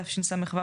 התשס"ו,